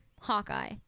Hawkeye